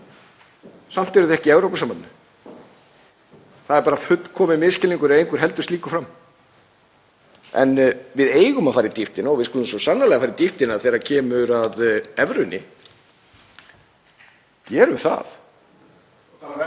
Samt eru þau ekki í Evrópusambandinu. Það er bara fullkominn misskilningur ef einhver heldur slíku fram. En við eigum að fara á dýptina og við skulum svo sannarlega fara á dýptina þegar kemur að evrunni, gerum það.